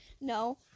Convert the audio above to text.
No